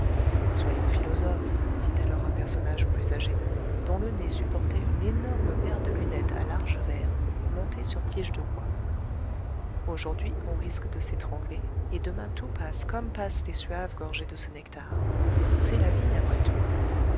soyons philosophes dit alors un personnage plus âgé dont le nez supportait une énorme paire de lunettes à larges verres montées sur tiges de bois aujourd'hui on risque de s'étrangler et demain tout passe comme passent les suaves gorgées de ce nectar c'est la vie après tout